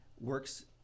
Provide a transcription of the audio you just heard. works